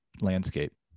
landscape